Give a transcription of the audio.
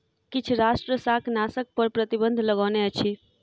किछ राष्ट्र शाकनाशक पर प्रतिबन्ध लगौने अछि